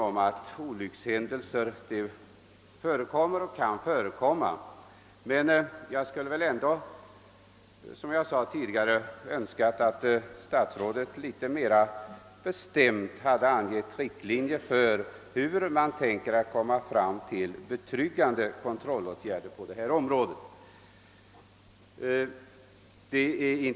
Olyckshändelser inträffar och kan komma att inträffa. Men som jag sade tidigare skulle jag ha önskat att statsrådet mera bestämt hade angivit riktlinjer för hur man tänker åstadkomma betryggande kontrollåtgärder på detta område.